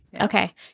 Okay